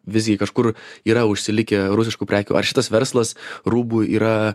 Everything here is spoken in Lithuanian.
visgi kažkur yra užsilikę rusiškų prekių ar šitas verslas rūbų yra